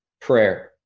prayer